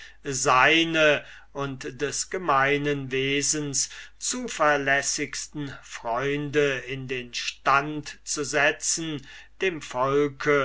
seine und des gemeinen wesens zuverlässigste freunde in den stand zu setzen dem volke